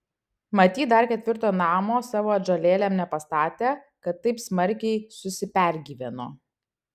matyt dar ketvirto namo savo atžalėlėm nepastatė kad taip smarkiai susipergyveno